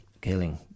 killing